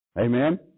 Amen